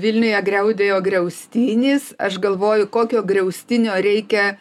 vilniuje griaudėjo griaustinis aš galvoju kokio griaustinio reikia